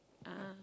ah